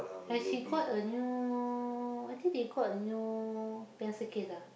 and she got a new I think they got a new pencil case ah